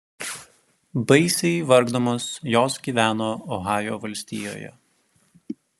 baisiai vargdamos jos gyveno ohajo valstijoje